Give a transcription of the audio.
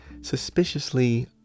suspiciously